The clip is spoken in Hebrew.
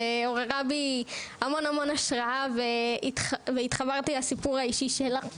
ועוררה בי המון השראה והתחברתי לסיפור האישי שלה מאוד.